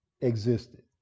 existed